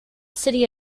city